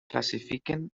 classifiquen